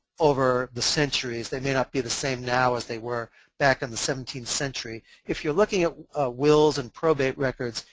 over the centuries. they may not be the same now as they were back in the seventeenth century. if you're looking at wills and probate records,